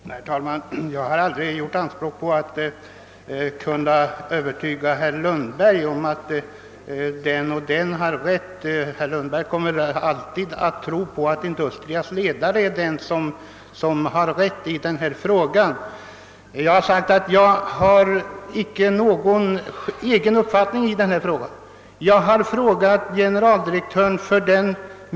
Herr talman! Jag har aldrig gjort anspråk på att kunna övertyga herr Lundberg om vem som har rätt. Herr Lundberg kommer alltid att tro att Industrias ledare har rätt i denna fråga. Jag har sagt att jag inte har någon egen uppfattning. Jag har frågat generaldirektören för: den .